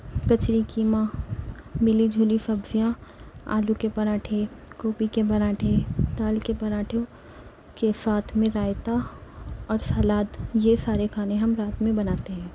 کچلی قیمہ ملی جلی سبزیاں آلو کے پراٹھے گوبھی کے پراٹھے دال کے پراٹھوں کے ساتھ میں رائیتہ اور سلاد یہ سارے کھانے ہم رات میں بناتے ہیں